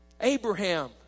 Abraham